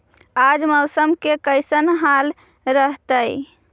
आज मौसम के कैसन हाल रहतइ?